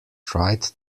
tried